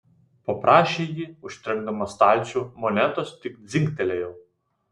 paprašė ji užtrenkdama stalčių monetos tik dzingtelėjo